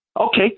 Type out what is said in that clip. Okay